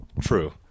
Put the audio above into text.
true